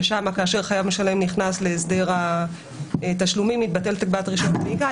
ששם כאשר חייב משלם נכנס להסדר התשלומים מתבטלת הגבלת רישיון הנהיגה.